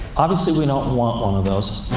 obviously, we don't want one of those.